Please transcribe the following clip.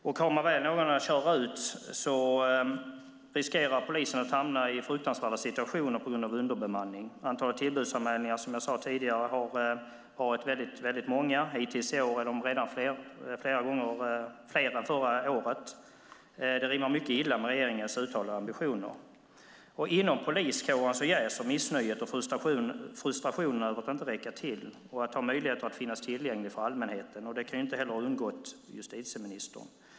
Om man väl har någon att köra ut riskerar polisen att hamna i fruktansvärda situationer på grund av underbemanning. Antalet tillbudsanmälningar har, som jag sade tidigare, varit högt. Hittills i år är de redan flera gånger fler än förra året. Det rimmar mycket illa med regeringens uttalade ambitioner. Inom poliskåren jäser missnöjet och frustrationen över att inte räcka till och att inte ha möjligheter att finnas tillgänglig för allmänheten. Det kan inte heller ha undgått justitieministern.